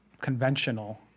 conventional